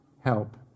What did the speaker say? help